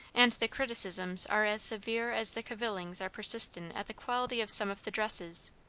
and the criticisms are as severe as the cavillings are persistent at the quality of some of the dresses.